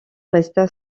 resta